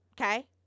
Okay